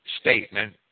Statement